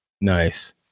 Nice